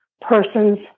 persons